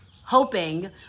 hoping